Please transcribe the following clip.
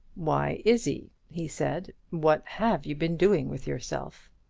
why, izzie, he said, what have you been doing with yourself?